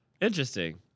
Interesting